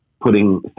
putting